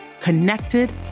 connected